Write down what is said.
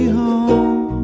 home